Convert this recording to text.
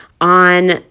on